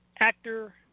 Actor